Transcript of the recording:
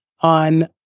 on